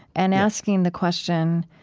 and asking the question,